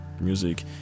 music